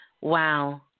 Wow